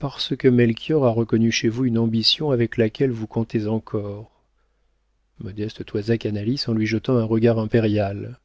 parce que melchior a reconnu chez vous une ambition avec laquelle vous comptez encore modeste toisa canalis en lui jetant un regard impérial